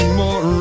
more